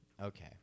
Okay